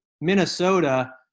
Minnesota